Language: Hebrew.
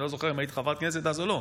אני לא זוכר אם היית חברת כנסת אז או לא,